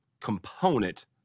component